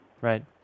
Right